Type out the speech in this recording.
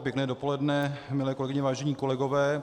Pěkné dopoledne, milé kolegyně, vážení kolegové.